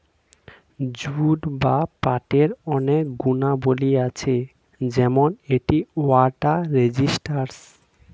jute বা পাটের অনেক গুণাবলী আছে যেমন এটি ওয়াটার রেজিস্ট্যান্স